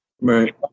Right